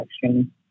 section